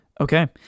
Okay